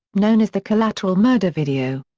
known as the collateral murder video.